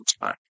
time